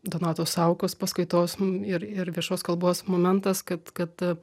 donato saukos paskaitos ir ir viešos kalbos momentas kad kad